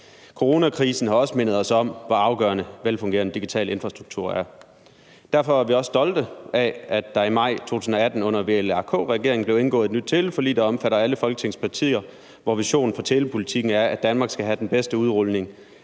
Coronakrisen har også mindet os om, hvor afgørende en velfungerende digital infrastruktur er. Derfor er vi også stolte af, at der i maj 2018 under VLAK-regeringen blev indgået et nyt teleforlig, der omfatter alle Folketingets partier, hvor visionen for telepolitikken er, at Danmark skal have den bedste udrulning